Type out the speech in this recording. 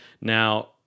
Now